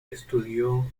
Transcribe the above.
estudió